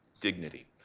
Dignity